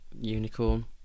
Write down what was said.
unicorn